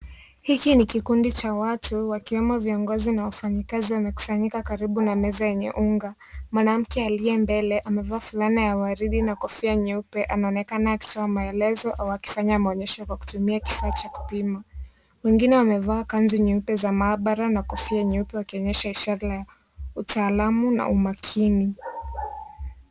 Hiki ni kikundi cha watu, wakiwemo viongozi na wafanyakazi, wamekusanyika karibu na meza yenye unga. Mwanamke aliye mbele amevaa fulana ya waridi na kofia nyeupe anaonekana akitoa maelezo au akifanya maonyesho kwa kutumia kifaa cha kupima. Wengine wamevaa kanzu nyeupe za maabara na kofia nyeupe wakionyeha ishara ya uataalamu na umakini.